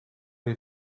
les